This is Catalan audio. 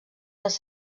les